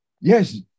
Yes